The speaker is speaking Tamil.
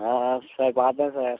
ஆ ஆ சார் பார்த்தேன் சார்